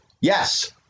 Yes